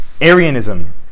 Arianism